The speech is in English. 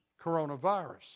coronavirus